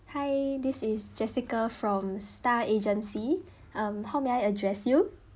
hi this is jessica from star agency um how may I address you